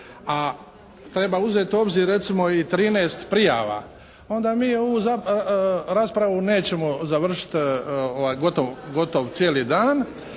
a treba uzeti u obzir recimo i trinaest prijava onda mi ovu raspravu nećemo završiti gotovo cijeli dan,